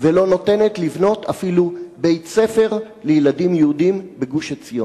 ולא נותנת לבנות אפילו בית-ספר לילדים יהודים בגוש-עציון.